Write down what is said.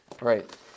Right